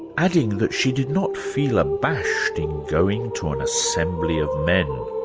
adding that she did not feel abashed in going to an assembly of men.